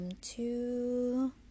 two